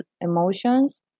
emotions